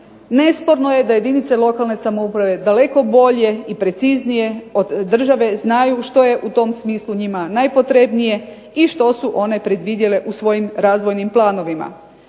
nesporno je da jedince lokalne samouprave daleko bolje i preciznije od države znaju što je u tom smislu njima najpotrebnije i što su one predvidjele u svojim razvojnim planovima.